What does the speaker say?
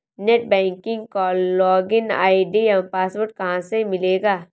Net banking का login ID एवं password कहाँ से मिलेगा?